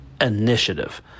initiative